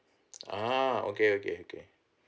ah okay okay okay